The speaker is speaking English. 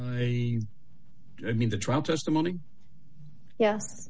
a i mean the trial testimony ye